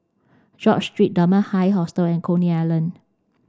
George Street Dunman High Hostel and Coney Island